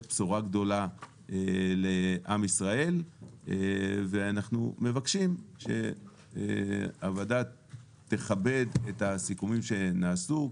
בשורה גדולה לעם ישראל ואנחנו מבקשים שהוועדה תכבד את הסיכומים שנעשו.